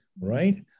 right